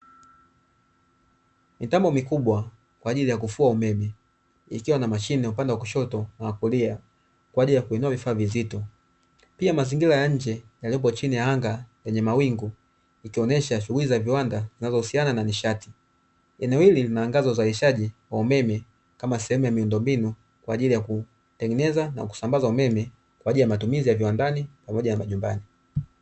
Mitambo mikubwa kwa ajili ya kufua umeme ikiwa na mashine upande wa kushoto na wa kulia kwa ajili ya kuinua vifaa vizito. Pia mazingira ya nje yalipo chini ya anga lenye mawingu ikionyesha shughuli za viwanda zinazohusiana na nishati. Eneo hili linaangaza uzalishaji wa umeme kama sehemu ya miundombinu kwa ajili ya kutengeneza na kusambaza umeme, kwa ajili ya matumizi ya viwandani pamoja na majumbani.